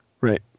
Right